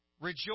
Rejoice